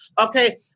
okay